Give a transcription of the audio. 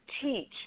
Teach